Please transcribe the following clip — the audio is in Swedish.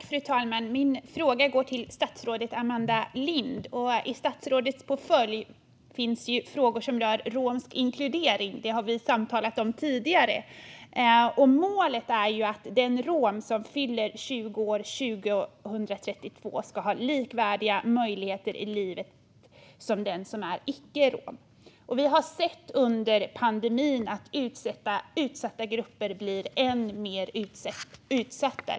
Fru talman! Min fråga går till statsrådet Amanda Lind. I statsrådets portfölj finns frågor som rör romsk inkludering, och det har vi samtalat om tidigare. Målet är att den rom som fyller 20 år 2032 ska ha likvärdiga möjligheter i livet som den som är icke-rom. Under pandemin har vi sett att utsatta grupper blir ännu mer utsatta.